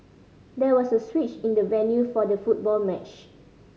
there was a switch in the venue for the football match